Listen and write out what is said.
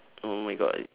oh my god